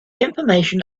information